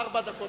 ארבע דקות.